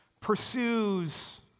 pursues